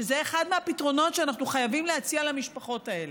שזה אחד מהפתרונות שאנחנו חייבים להציע למשפחות האלה.